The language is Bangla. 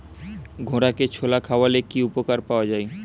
ঘোড়াকে ছোলা খাওয়ালে কি উপকার পাওয়া যায়?